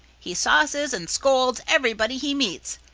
he sauces and scolds everybody he meets,